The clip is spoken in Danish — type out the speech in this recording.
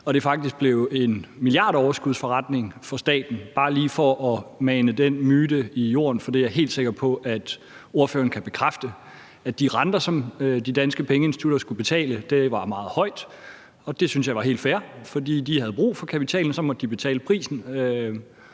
blev en milliardoverskudsforretning for staten – bare lige for at mane den myte i jorden. For det er jeg helt sikker på at ordføreren kan bekræfte, nemlig at de renter, som de danske pengeinstitutter skulle betale, var meget høje. Og det synes jeg var helt fair, fordi de havde brug for kapitalen, og så måtte de betale prisen.